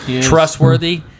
trustworthy